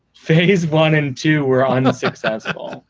phase one and two. we're ah not successful.